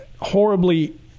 horribly